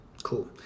Cool